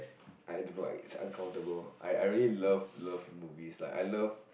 I don't know it's uncountable I I really love love movies like I love